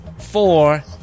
four